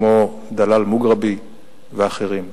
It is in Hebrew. כמו דלאל מוגרבי ואחרים,